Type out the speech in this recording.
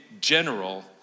general